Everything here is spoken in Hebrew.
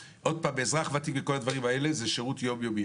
אזרח ותיק ודברים מעין אלה זה שירות יום-יומי.